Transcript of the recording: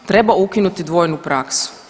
Treba ukinuti dvojnu praksu.